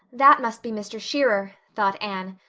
that must be mr. shearer, thought anne.